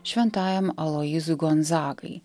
šventajam aloyzui gonzakai